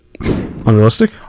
Unrealistic